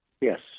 Yes